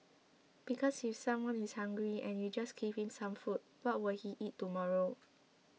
because if someone is hungry and you just give him some food what will he eat tomorrow